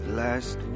last